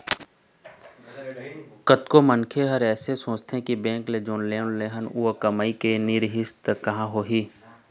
कतको मनखे मन ह ऐ सोचथे के जेन बेंक म लोन ले रेहे हन अउ कमई नइ रिहिस त का होही